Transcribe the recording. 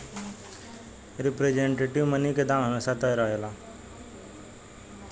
representative money के दाम हमेशा तय रहेला